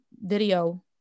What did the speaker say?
video